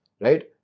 right